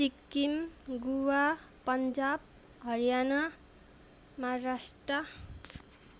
Sikkim Goa Punjab Haryana Maharashtra